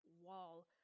wall